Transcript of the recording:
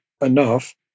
enough